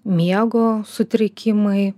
miego sutrikimai